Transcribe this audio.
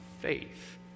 faith